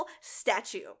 statue